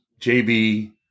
JB